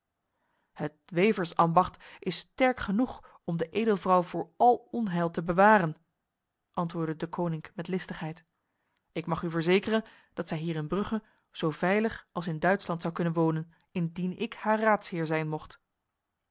het weversambacht is sterk genoeg om de edelvrouw voor al onheil te bewaren antwoordde deconinck met listigheid ik mag u verzekeren dat zij hier in brugge zo veilig als in duitsland zou kunnen wonen indien ik haar raadsheer zijn mocht